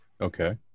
Okay